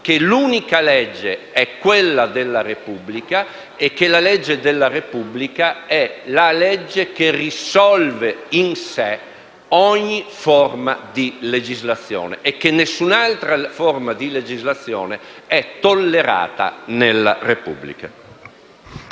che l'unica legge è quella della Repubblica e che la legge della Repubblica è la legge che risolve, in sé, ogni forma di legislazione e che nessun'altra forma di legislazione è tollerata nella Repubblica.